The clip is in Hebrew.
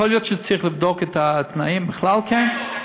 יכול להיות שצריך לבדוק את התנאים בכלל, כן.